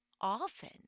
often